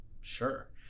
Sure